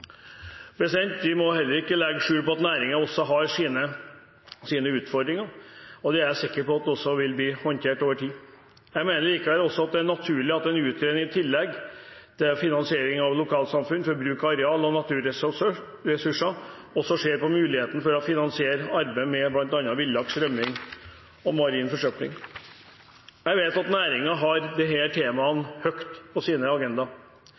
Vi må heller ikke legge skjul på at næringen også har sine utfordringer, og det er jeg sikker på også vil bli håndtert over tid. Jeg mener likevel også at det er naturlig å ha en utredning i tillegg, om finansiering av lokalsamfunn for bruk av areal og naturressurser, som også ser på muligheten for å finansiere arbeid med bl.a. villaks som rømmer, og marin forsøpling. Jeg vet at næringen har disse temaene høyt på